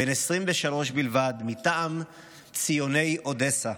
בן 23 בלבד, מטעם ציוני אודסה,